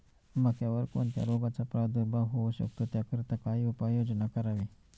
मक्यावर कोणत्या रोगाचा प्रादुर्भाव होऊ शकतो? त्याकरिता काय उपाययोजना करावी?